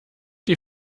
die